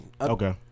Okay